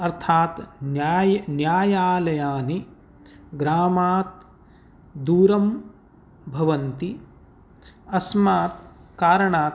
अर्थात् न्यायालयानि ग्रामात् दूरं भवन्ति अस्मात् कारणात्